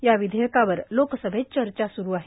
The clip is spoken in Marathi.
या विधेयकावर लोकसभेत चर्चा सुरू आहे